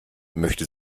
möchte